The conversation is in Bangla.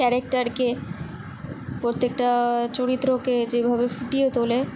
ক্যারেক্টারকে প্রত্যেকটা চরিত্রকে যেভাবে ফুটিয়ে তোলে